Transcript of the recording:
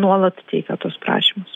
nuolat teikia tuos prašymus